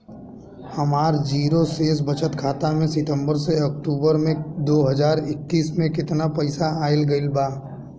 हमार जीरो शेष बचत खाता में सितंबर से अक्तूबर में दो हज़ार इक्कीस में केतना पइसा आइल गइल बा?